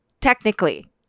technically